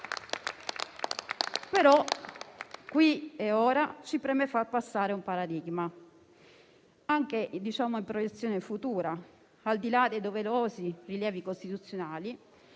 Qui e ora ci preme far passare un paradigma, anche in vista del futuro, al di là dei doverosi rilievi costituzionali: